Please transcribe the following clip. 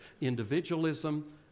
Individualism